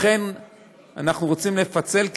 לכן אנחנו רוצים לפצל,